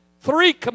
three